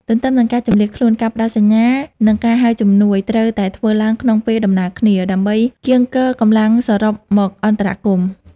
ទន្ទឹមនឹងការជម្លៀសខ្លួន ការផ្ដល់សញ្ញា និងការហៅជំនួយ ត្រូវតែធ្វើឡើងក្នុងពេលដំណាលគ្នា ដើម្បីកៀងគរកម្លាំងសរុបមកអន្តរាគមន៍។